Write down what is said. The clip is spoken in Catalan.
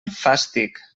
fàstic